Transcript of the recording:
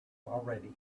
already